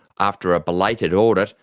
after a belated audit,